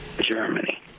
Germany